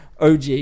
OG